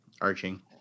Arching